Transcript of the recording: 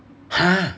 !huh!